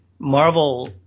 marvel